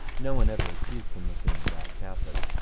no one ever accused him of being a bad catholic.